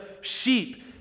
sheep